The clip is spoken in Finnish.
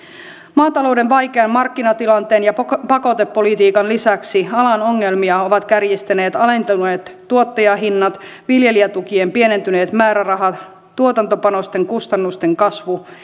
maatalouden vaikean markkinatilanteen ja pakotepolitiikan lisäksi alan ongelmia ovat kärjistäneet alentuneet tuottajahinnat viljelijätukien pienentyneet määrärahat tuotantopanosten kustannusten kasvu